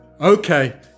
Okay